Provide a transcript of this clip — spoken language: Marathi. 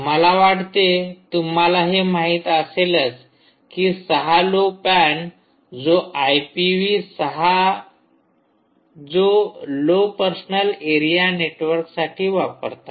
मला वाटते तुम्हाला हे माहित असेलच कि ६ लो पॅन जो आयपीव्ही ६ जो लो पर्सनल एरिया नेटवर्कसाठी वापरतात